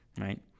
right